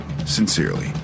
Sincerely